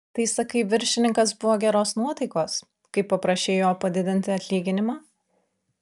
tai sakai viršininkas buvo geros nuotaikos kai paprašei jo padidinti atlyginimą